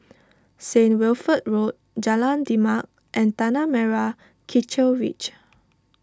Saint Wilfred Road Jalan Demak and Tanah Merah Kechil Ridge